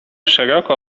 szeroko